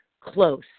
close